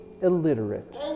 illiterate